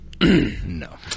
No